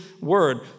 word